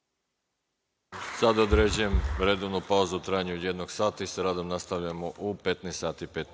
Sada određujem redovnu pauzu u trajanju od jednog sata. Sa radom nastavljamo u 15.05